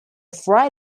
fry